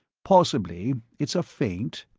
possibly it's a feint,